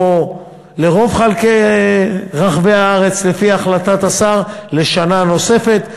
או לרוב רחבי הארץ, לפי החלטת השר, לשנה נוספת.